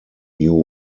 new